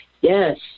Yes